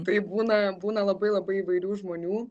tai būna būna labai labai įvairių žmonių